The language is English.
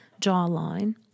jawline